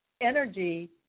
energy